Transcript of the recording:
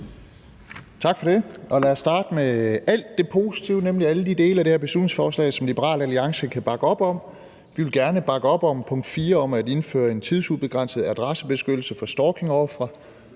Tak for det. Lad os starte med alt det positive, nemlig alle de dele af det her beslutningsforslag, som Liberal Alliance kan bakke op om. Vi vil gerne bakke op om punkt 4 om at indføre en tidsubegrænset adressebeskyttelse for stalkingofre,